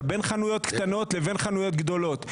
בין חנויות קטנות לבין חנויות גדולות.